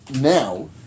now